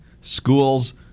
schools